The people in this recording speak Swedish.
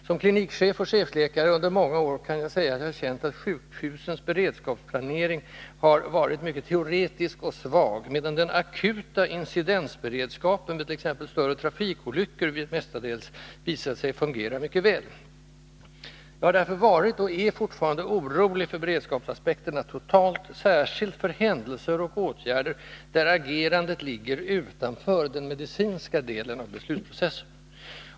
Som klinikchef och chefläkare under många år kan jag säga att jag upplevt att sjukhusens beredskapsplanering har varit mycket teoretisk och svag, medan den akuta incidensberedskapen vid t.ex. större trafikolyckor mestadels visat sig fungera mycket väl. Jag har därför varit — och är fortfarande — orolig för beredskapsaspekterna totalt, särskilt för händelser och åtgärder där agerandet ligger utanför den medicinska delen av beslutsprocessen.